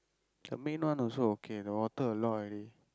the main one also okay the water a lot already